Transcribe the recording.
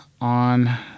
on